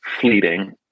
fleeting